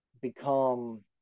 become